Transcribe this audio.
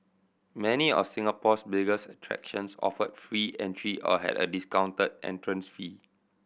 many of Singapore's biggest attractions offered free entry or had a discounted entrance fee